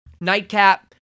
nightcap